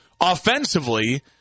offensively